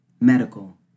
medical